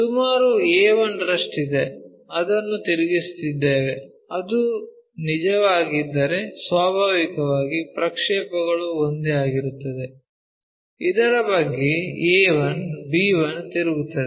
ಸುಮಾರು a1 ರಷ್ಟಿದ್ದರೆ ಅದನ್ನು ತಿರುಗಿಸುತ್ತಿದ್ದೇವೆ ಅದು ನಿಜವಾಗಿದ್ದರೆ ಸ್ವಾಭಾವಿಕವಾಗಿ ಪ್ರಕ್ಷೇಪಣಗಳು ಒಂದೇ ಆಗಿರುತ್ತದೆ ಇದರ ಬಗ್ಗೆ a1 b1 ತಿರುಗುತ್ತದೆ